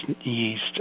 yeast